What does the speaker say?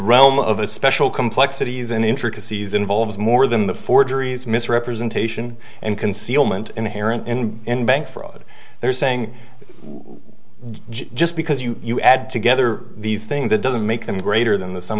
realm of the special complexities and intricacies involves more than the forgeries misrepresentation and concealment inherent in bank fraud they're saying just because you you add together these things it doesn't make them greater than the s